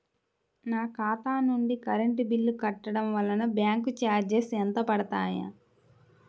నా ఖాతా నుండి కరెంట్ బిల్ కట్టడం వలన బ్యాంకు చార్జెస్ ఎంత పడతాయా?